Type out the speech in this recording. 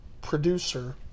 producer